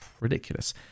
ridiculous